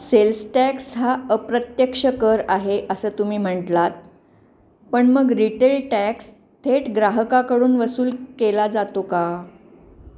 cells tax हा अप्रत्यक्ष कर आहे असं तुम्ही म्हटलात पण मग रिटेल टॅक्स थेट ग्राहकाकडून वसूल केला जातो का